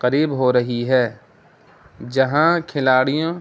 قریب ہو رہی ہے جہاں کھلاڑیوں